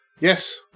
Yes